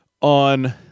on